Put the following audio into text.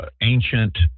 ancient